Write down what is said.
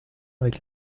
avec